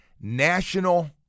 National